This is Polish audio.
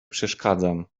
przeszkadzam